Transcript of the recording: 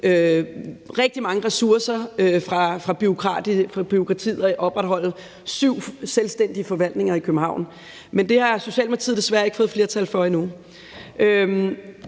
rigtig mange ressourcer fra bureaukratiet ikke at opretholde syv selvstændige forvaltninger i København. Men det har Socialdemokratiet desværre ikke fået flertal for endnu.